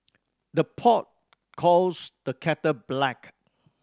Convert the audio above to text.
the pot calls the kettle black